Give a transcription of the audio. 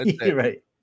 right